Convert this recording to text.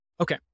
Okay